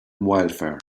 wildfire